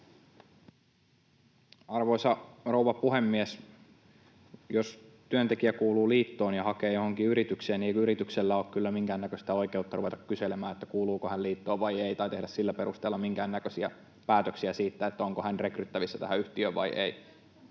Arvoisa rouva puhemies! Jos työntekijä kuuluu liittoon ja hakee johonkin yritykseen, niin ei yrityksellä ole minkäännäköistä oikeutta ruveta kyselemään, kuuluuko hän liittoon vai ei, tai tehdä sillä perusteella minkäännäköisiä päätöksiä siitä, onko hän rekryttävissä tähän yhtiöön vai ei.